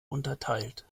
unterteilt